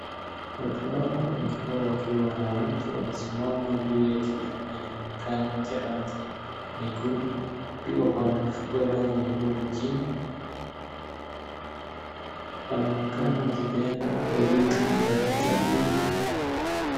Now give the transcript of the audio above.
Watu hawa wengi wao wakiwa wanawake wakiwa wamesimama juu ya kinachoonekana cha rangi nyekundu, pia wako na mikufo ya rangi nyekundu chini wanaonekana wakipeana huduma za kijamii.